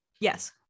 yes